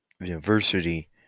University